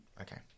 Okay